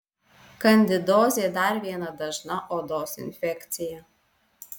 kandidozė dar viena dažna odos infekcija